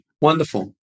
wonderful